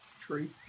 tree